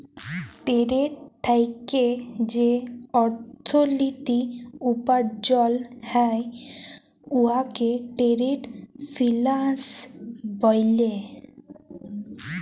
trade থ্যাইকে যে অথ্থলিতি উপার্জল হ্যয় উয়াকে টেরেড ফিল্যাল্স ব্যলে